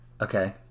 okay